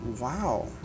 Wow